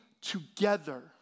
together